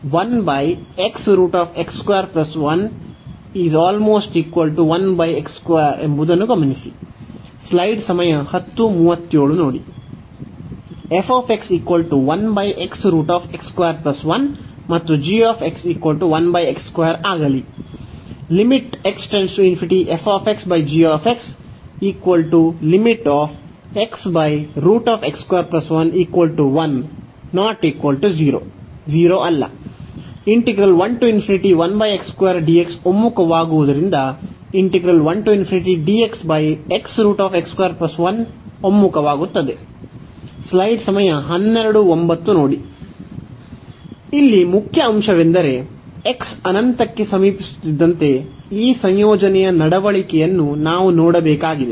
ಎಂಬುದನ್ನು ಗಮನಿಸಿ ಮತ್ತು ಆಗಲಿ ಒಮ್ಮುಖವಾಗುವುದರಿಂದ ಒಮ್ಮುಖವಾಗುತ್ತದೆ ಇಲ್ಲಿ ಮುಖ್ಯ ಅಂಶವೆಂದರೆ x ಅನಂತಕ್ಕೆ ಸಮೀಪಿಸುತ್ತಿದ್ದಂತೆ ಈ ಸಂಯೋಜನೆಯ ನಡವಳಿಕೆಯನ್ನು ನಾವು ನೋಡಬೇಕಾಗಿದೆ